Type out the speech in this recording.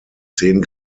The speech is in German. zehn